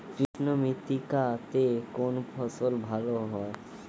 কৃষ্ণ মৃত্তিকা তে কোন ফসল ভালো হয়?